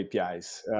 apis